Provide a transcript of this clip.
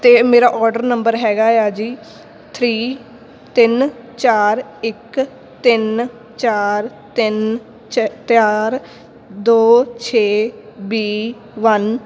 ਅਤੇ ਮੇਰਾ order number ਹੈਗਾ ਆ ਜੀ ਥਰੀ ਤਿੰਨ ਚਾਰ ਇੱਕ ਤਿੰਨ ਚਾਰ ਤਿੰਨ ਚ ਚਾਰ ਦੋ ਛੇ ਬੀ ਵੰਨ